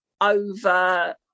over